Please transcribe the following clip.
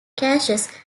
crashes